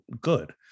good